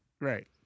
Right